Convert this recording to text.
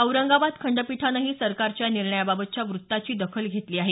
औरंगाबाद खंडपीठानंही सरकारच्या या निर्णयाबाबतच्या वृत्ताची दखल घेतली आहे